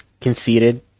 conceded